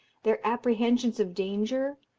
their apprehensions of danger,